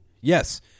Yes